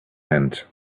hand